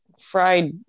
fried